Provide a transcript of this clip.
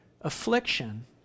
Affliction